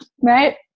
right